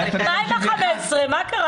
בבקשה.